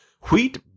wheat